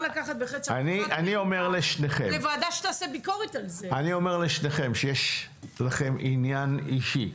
אני אומר לשניכם שיש לכם עניין אישי,